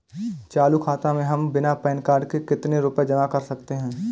चालू खाता में हम बिना पैन कार्ड के कितनी रूपए जमा कर सकते हैं?